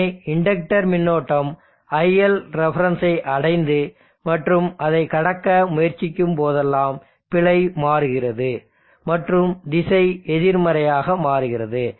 எனவே இண்டக்டர் மின்னோட்டம் iLrefஐ அடைந்து மற்றும் அதைக் கடக்க முயற்சிக்கும்போதெல்லாம் பிழை மாறுகிறது மற்றும் திசை எதிர்மறையாக மாறுகிறது